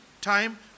time